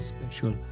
special